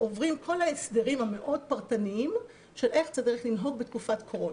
עוברים כל ההסדרים המאוד פרטניים של איך צריך לנהוג בתקופת קורונה.